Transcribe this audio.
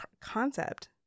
concept